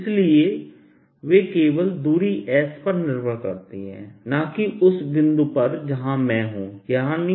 इसलिए वे केवल दूरी s पर निर्भर करती हैं न कि उस बिंदु पर जहां मैं हूं यानी पर